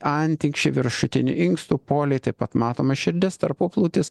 antinkščiai viršutiniai inkstų poliai taip pat matoma širdis tarpuplautis